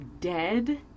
dead